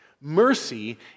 Mercy